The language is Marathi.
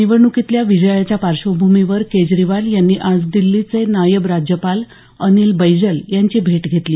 निवडणुकीतल्या विजयाच्या पार्श्वभूमीवर केजरीवाल यांनी आज दिल्लीचे नायब राज्यपाल अनिल बैजल यांची भेट घेतली